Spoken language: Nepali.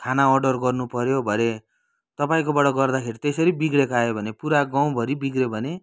खाना अर्डर गर्नुपऱ्यो भरे तपाईँकोबाट गर्दाखेरि त्यसरी बिग्रेको आयो भने पुरा गाउँभरि बिग्रियो भने